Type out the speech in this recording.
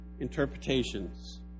Interpretations